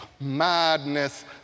Madness